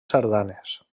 sardanes